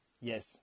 Yes